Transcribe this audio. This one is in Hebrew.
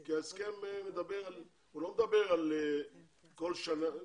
כי ההסכם לא מדבר על כל שנה,